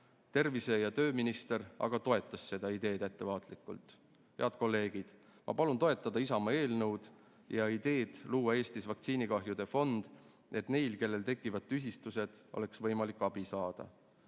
tervise- ja tööminister aga toetas seda ideed ettevaatlikult. Head kolleegid! Ma palun toetada Isamaa eelnõu ja ideed luua Eestis vaktsiinikahjude fond, et neil, kellel tekivad tüsistused, oleks võimalik abi saada.